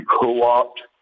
co-opt